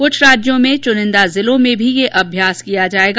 कुछ राज्यों में चुनिंदा जिलों में भी यह अभ्यास किया जाएगा